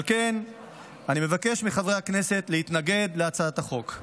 על כן אני מבקש מחברי הכנסת להתנגד להצעת החוק.